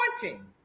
pointing